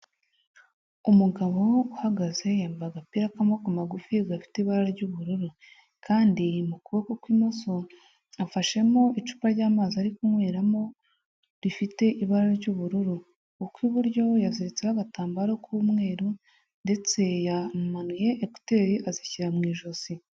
Umugabo uhagaze yambaye agapira k'amaboko magufi gafite ibara ry'ubururu kandi mu kuboko kw'imoso afashemo icupa ry'amazi ari kunyweramo rifite ibara ry'ubururu. Ukw' iburyo yaziritseho agatambaro k'umweru ndetse yamanuye ekuteri azishyira mu ijosi.